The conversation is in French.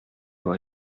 vos